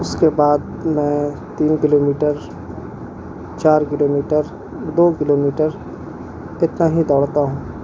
اس کے بعد میں تین کلو میٹر چار کلو میٹر دو کلو میٹر اتنا ہی دوڑتا ہوں